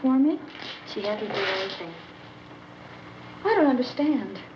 for me to understand